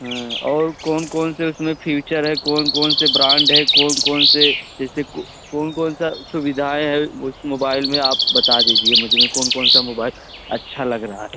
और कौन कौनसे उसमें फ्यूचर है कौन कौनसे ब्रांड है कौन कौनसे जैसे कौन कौनसा सुविधाएँ हैं उस मोबाइल में आप बता दीजिए मुझमें कौन कौनसा मोबाइल अच्छा लग रहा है